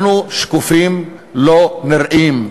אנחנו שקופים, לא נראים,